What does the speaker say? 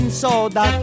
soda